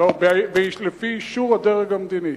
לפי אישור הדרג המדיני.